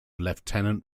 lieutenant